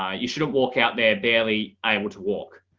ah you shouldn't walk out there barely able to walk.